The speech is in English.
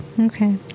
Okay